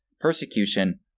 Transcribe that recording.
persecution